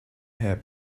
have